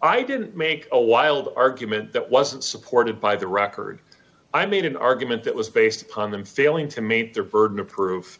i didn't make a wild argument that wasn't supported by the record i made an argument that was based upon them failing to meet their burden of proof